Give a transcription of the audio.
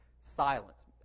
silence